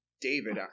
David